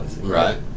right